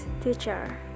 teacher